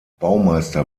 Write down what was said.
baumeister